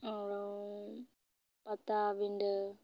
ᱯᱟᱛᱟᱵᱤᱸᱰᱟᱹ